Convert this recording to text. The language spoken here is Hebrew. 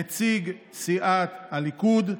נציג סיעת הליכוד,